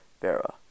vera